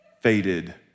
faded